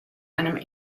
einem